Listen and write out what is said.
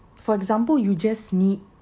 for example you just need